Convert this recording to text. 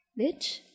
bitch